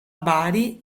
bari